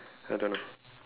I don't know